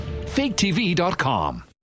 FakeTV.com